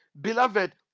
Beloved